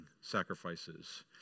sacrifices